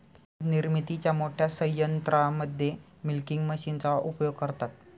दूध निर्मितीच्या मोठ्या संयंत्रांमध्ये मिल्किंग मशीनचा उपयोग करतात